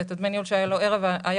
זה את דמי הניהול שהיו לו ערב הנכות.